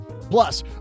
Plus